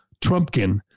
Trumpkin